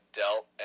dealt